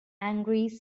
angry